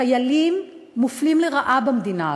חיילים מופלים לרעה במדינה הזאת,